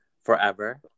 Forever